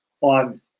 On